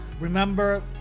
Remember